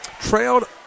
trailed